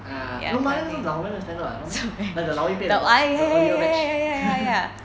ah eh milo 是老人的 standard no meh like the 老一辈的 dogs the earlier batch